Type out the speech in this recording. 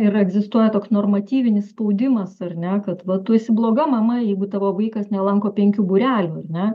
ir egzistuoja toks normatyvinis spaudimas ar ne kad va tu esi bloga mama jeigu tavo vaikas nelanko penkių būrelių ar ne